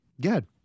Good